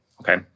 Okay